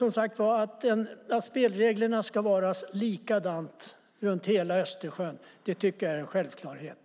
Som sagt: Att spelreglerna ska vara lika runt hela Östersjön tycker jag är en självklarhet.